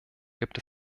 gibt